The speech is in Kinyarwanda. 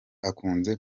akunze